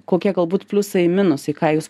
kokie galbūt pliusai minusai ką jūs